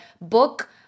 book